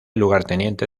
lugarteniente